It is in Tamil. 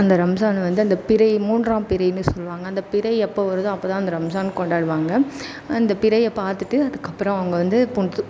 அந்த ரம்சானை வந்து அந்த பிறை மூன்றாம் பிறைன்னு சொல்லுவாங்க அந்த பிறை எப்போ வருதோ அப்போதான் அந்த ரம்சான் கொண்டாடுவாங்க அந்த பிறைய பார்த்துட்டு அதுக்கப்புறம் அவங்க வந்து